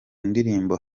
ndirimbo